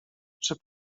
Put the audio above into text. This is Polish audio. czy